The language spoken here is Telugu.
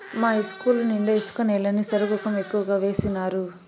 మా ఇస్కూలు నిండా ఇసుక నేలని సరుగుకం ఎక్కువగా వేసినారు